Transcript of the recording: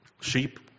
Sheep